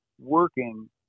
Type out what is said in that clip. working